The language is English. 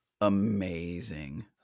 amazing